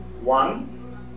one